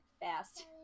fast